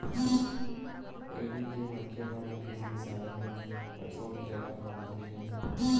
पहिली के मनखे मन ह खेती किसानी म बछवा पिला ल फाँदत रिहिन हे